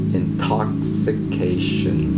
intoxication